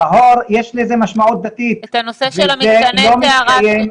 טהור, יש לזה משמעות דתית, וזה לא מתקיים.